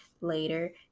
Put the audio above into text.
later